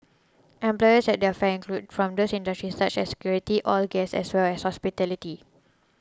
employers at their fair include from those industries such as security oil gas as well as hospitality